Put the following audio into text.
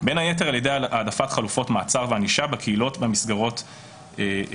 בין היתר על ידי העדפת חלופות מעצר וענישה בקהילות במסגרות המתאימות".